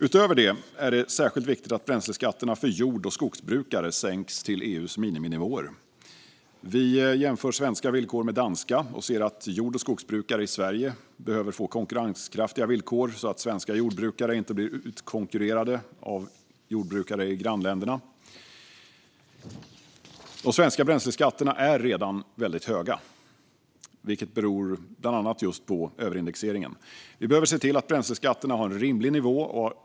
Utöver detta är det särskilt viktigt att bränsleskatterna för jord och skogsbrukare sänks till EU:s miniminivåer. Vi jämför svenska villkor med danska och ser att jord och skogsbrukare i Sverige behöver få konkurrenskraftiga villkor så att svenska jordbrukare inte blir utkonkurrerade av jordbrukare i grannländerna. De svenska bränsleskatterna är redan väldigt höga, vilket beror bland annat just på överindexeringen. Vi behöver se till att bränsleskatterna har en rimlig nivå.